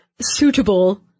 suitable